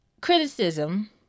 criticism